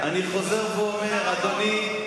זה רעיון טוב.